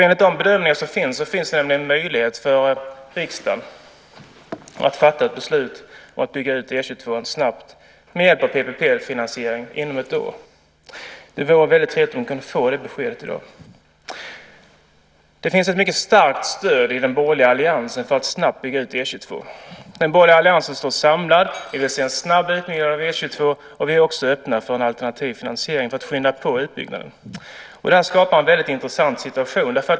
Enligt bedömningarna finns det en möjlighet för riksdagen att fatta ett beslut och bygga ut E 22 snabbt med hjälp av PPP-finansiering inom ett år. Det vore väldigt trevligt om vi kunde få det beskedet i dag. Det finns ett mycket starkt stöd i den borgerliga alliansen för att snabbt bygga ut E 22. Den borgerliga alliansen står samlad. Vi vill se en snabb utbyggnad av E 22, och vi är också öppna för en alternativ finansiering för att skynda på utbyggnaden. Det skapar en väldigt intressant situation.